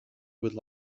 would